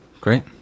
great